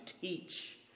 teach